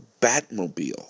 Batmobile